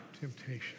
temptation